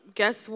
guess